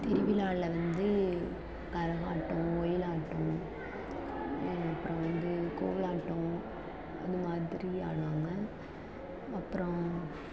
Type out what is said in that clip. திருவிழாவில் வந்து கரகாட்டம் ஒயிலாட்டம் அப்புறம் வந்து கோலாட்டம் அது மாதிரி ஆடுவாங்க அப்புறம்